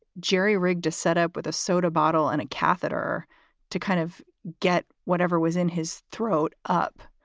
jerry rigged a setup with a soda bottle and a catheter to kind of get whatever was in his throat up.